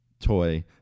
toy